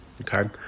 okay